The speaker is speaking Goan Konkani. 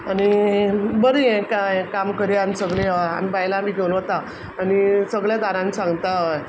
आनी बरी बरी काम कर आमी सगळीं हय आमकां बायलांक बीन घेवन वता आनी सगळे घरांत चलता वय